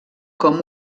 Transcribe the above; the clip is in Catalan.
com